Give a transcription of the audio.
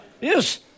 yes